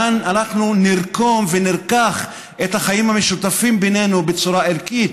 כאן אנחנו נרקום ונרקח את החיים המשותפים בינינו בצורה ערכית